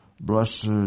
blessed